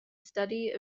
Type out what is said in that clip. study